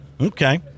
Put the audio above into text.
Okay